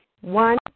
one